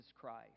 Christ